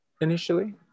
initially